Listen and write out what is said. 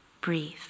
breathe